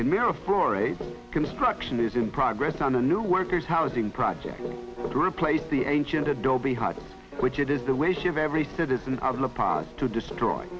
in mirror for a construction is in progress on a new workers housing project to replace the ancient adobe hut which it is the wish of every citizen to destroy